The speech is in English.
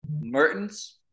Mertens